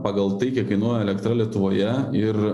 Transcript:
pagal tai kiek kainuoja elektra lietuvoje ir